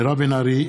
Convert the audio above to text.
מירב בן ארי,